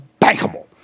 Bankable